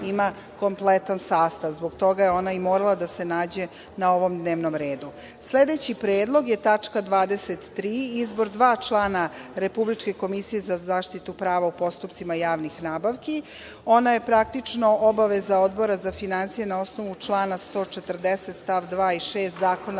ima kompletan sastav. Zbog toga je ona i morala da se nađe na ovom dnevnom redu. Sledeći predlog je tačka 23, izbor dva člana Republičke komisije za zaštitu prava u postupcima javnih nabavki. Ona je praktično obaveza Odbora za finansije na osnovu člana 140 stav 2 i 6 Zakona